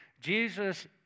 Jesus